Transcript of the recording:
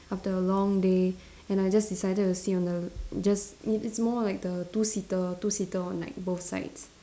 after a long day and I just decided to sit on the just i~ it's more like the two seater two seater on like both sides